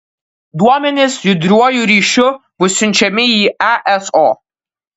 duomenys judriuoju ryšiu bus siunčiami į eso